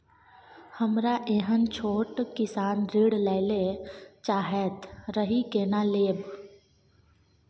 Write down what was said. हमरा एहन छोट किसान ऋण लैले चाहैत रहि केना लेब?